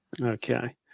Okay